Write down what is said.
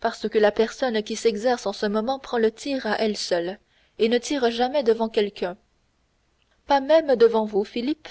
parce que la personne qui s'exerce en ce moment prend le tir à elle seule et ne tire jamais devant quelqu'un pas même devant vous philippe